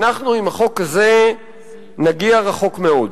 אנחנו עם החוק הזה נגיע רחוק מאוד.